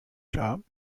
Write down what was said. shop